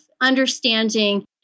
understanding